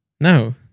no